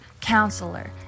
counselor